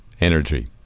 energy